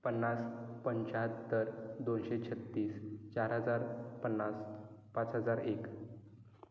पन्नास पंचाहत्तर दोनशे छत्तीस चार हजार पन्नास पाच हजार एक